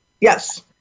Yes